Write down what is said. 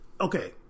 okay